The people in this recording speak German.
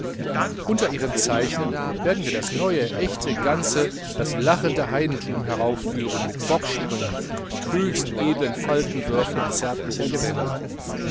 unter ihrem zeichen werden wir das neue echte ganze das lachende heidentum heraufführen mit bocksprüngen und höchst edlen faltenwürfen zärtlicher gewänder